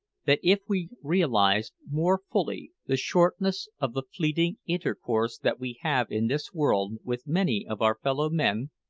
that if we realised more fully the shortness of the fleeting intercourse that we have in this world with many of our fellow-men,